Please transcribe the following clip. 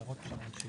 תודה.